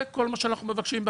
זה כל מה שאנחנו מבקשים בקטע.